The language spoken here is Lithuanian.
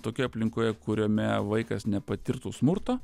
tokioj aplinkoje kuriame vaikas nepatirtų smurto